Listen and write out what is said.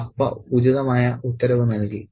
അപ്പ ഉചിതമായ ഉത്തരവ് നൽകി